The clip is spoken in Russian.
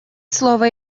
слово